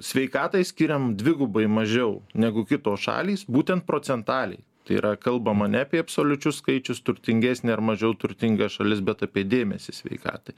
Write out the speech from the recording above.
sveikatai skiriam dvigubai mažiau negu kitos šalys būtent procentaliai tai yra kalbama ne apie absoliučius skaičius turtingesnė ar mažiau turtinga šalis bet apie dėmesį sveikatai